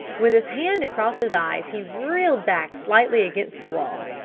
with his hand across his eyes he reeled back slightly against the wall.